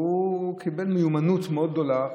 והוא קיבל מיומנות מאוד גדולה,